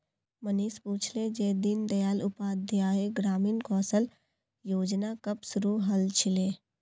मनीष पूछले जे दीन दयाल उपाध्याय ग्रामीण कौशल योजना कब शुरू हल छिले